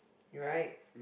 right